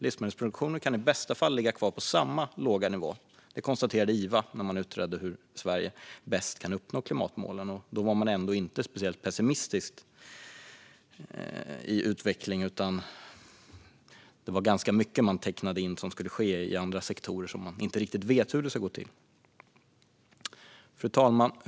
Livsmedelsproduktionen kan i bästa fall ligga kvar på samma låga nivå. Det konstaterade IVA när man utredde hur Sverige bäst kan uppnå klimatmålen. Då var man ändå inte speciellt pessimistisk vad gällde utvecklingen, utan det var ganska mycket man tecknade in som skulle ske i andra sektorer som man inte riktigt vet hur det ska gå till. Fru talman!